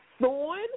Thorn